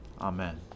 Amen